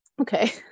Okay